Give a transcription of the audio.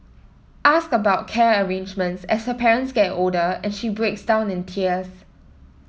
ask about care arrangements as her parents get older and she breaks down in tears